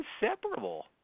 Inseparable